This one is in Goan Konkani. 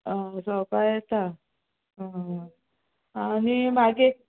हय सवका येता आनी मागी